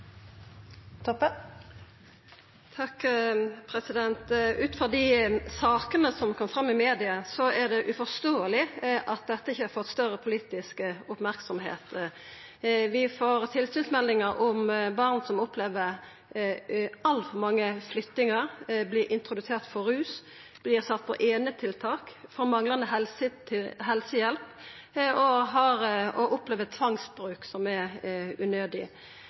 dei sakene som har kome fram i media, er det uforståeleg at dette ikkje har fått større politisk merksemd. Vi får tilsynsmeldingar om barn som opplever altfor mange flyttingar, vert introduserte for rus, vert sette på einetiltak, får manglande helsehjelp og opplever tvangsbruk som er unødig.